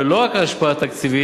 ולא רק ההשפעה התקציבית,